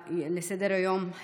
בסדר-היום,